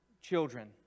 children